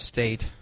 State